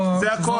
זה הכול.